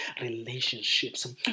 relationships